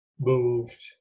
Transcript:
moved